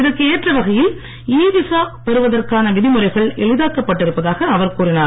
இதற்கு ஏற்ற வகையில் ஈ விசா பெறுவதற்சகான விதிமுறைகள் எளிதாக்கப் பட்டிருப்பதாக அவர் கூறினார்